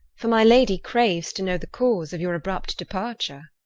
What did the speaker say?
for my lady craues, to know the cause of your abrupt departure?